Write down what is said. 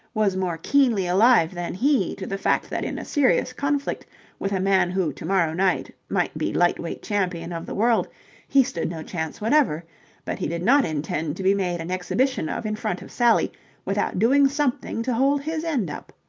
was more keenly alive than he to the fact that in a serious conflict with a man who to-morrow night might be light-weight champion of the world he stood no chance whatever but he did not intend to be made an exhibition of in front of sally without doing something to hold his end up.